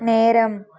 நேரம்